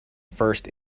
first